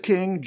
King